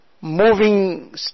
moving